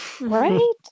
Right